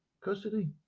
custody